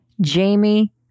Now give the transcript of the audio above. Jamie